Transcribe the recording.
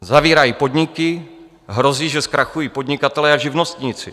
Zavírají podniky, hrozí, že zkrachují podnikatelé a živnostníci.